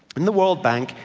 in the world bank,